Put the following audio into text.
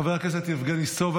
חבר הכנסת יבגני סובה,